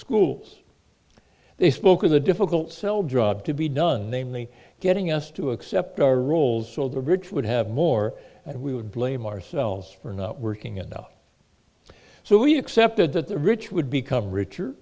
schools they spoke of the difficult sell drug to be done namely getting us to accept our roles so the rich would have more and we would blame ourselves for not working it out so we accepted that the rich would become richer